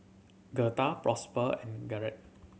Girtha Prosper and Garrett